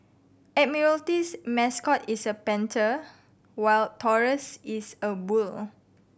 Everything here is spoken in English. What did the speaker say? Admiralty's mascot is a panther while Taurus is a bull